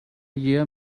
year